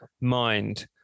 mind